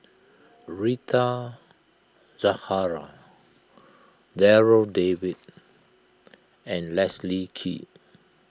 Rita Zahara Darryl David and Leslie Kee